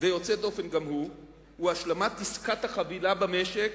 ויוצא דופן גם הוא, השלמת עסקת החבילה במשק